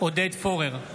עודד פורר,